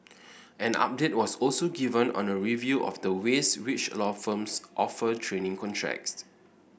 an update was also given on a review of the ways which law firms offer training contracts